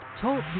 Talk